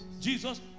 Jesus